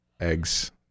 eggs